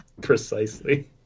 precisely